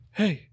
hey